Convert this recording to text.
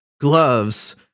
gloves